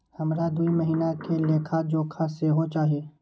हमरा दूय महीना के लेखा जोखा सेहो चाही